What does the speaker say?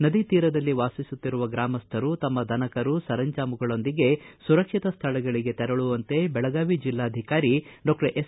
ನದಿತೀರದಲ್ಲಿ ವಾಸಿಸುತ್ತಿರುವ ಗ್ರಾಮಸ್ಥರು ತಮ್ಮ ದನಕರು ಸರಂಜಾಮಗಳೊಂದಿಗೆ ಸುರಕ್ಷಿತ ಸ್ಥಳಗಳಿಗೆ ತೆರಳುವಂತೆ ಬೆಳಗಾವಿ ಜಿಲ್ಲಾಧಿಕಾರಿ ಡಾಕ್ಟರ್ ಎಸ್